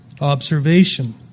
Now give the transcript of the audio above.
Observation